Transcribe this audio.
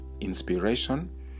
inspiration